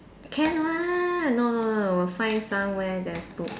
can one no no no will find somewhere that is good